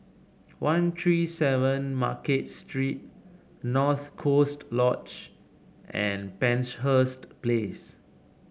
One Three Seven Market Street North Coast Lodge and Penshurst Place